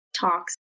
talks